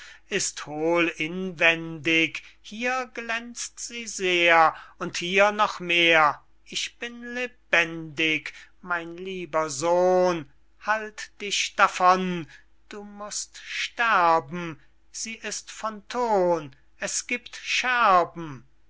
ist hohl inwendig hier glänzt sie sehr und hier noch mehr ich bin lebendig mein lieber sohn halt dich davon du mußt sterben sie ist von thon es giebt scherben